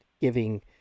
giving